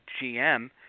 GM